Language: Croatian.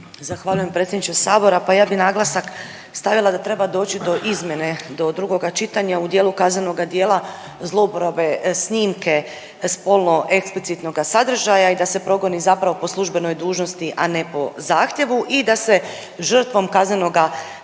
Zahvaljujem predsjedniče sabora. Pa ja bi naglasak stavila da treba doći do izmjene do drugoga čitanja u dijelu kaznenoga dijela zlouporabe snimke spolno eksplicitnoga sadržaja i da se progoni zapravo po službenoj dužnosti, a ne po zahtjevu i da se žrtvom kaznenoga dijela